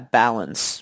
balance